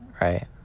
right